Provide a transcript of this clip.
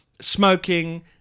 smoking